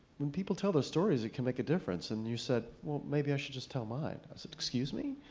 when people tell their stories it can make a difference. and you said, well, maybe i should just tell mine. i said, said, excuse me?